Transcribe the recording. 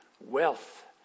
wealth